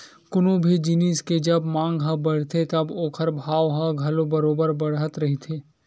कोनो भी जिनिस के जब मांग ह बड़थे तब ओखर भाव ह घलो बरोबर बड़त रहिथे